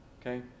Okay